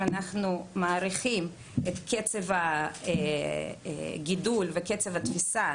אם אנחנו מעריכים שתימשך המגמה של קצב הגידול וקצב התפיסה,